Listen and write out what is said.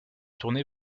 tournée